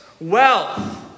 wealth